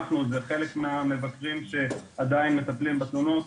חלק מהמבקרים שעדיין מטפלים בתלונות,